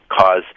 cause